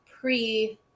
pre